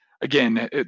again